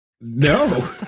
No